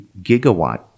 gigawatt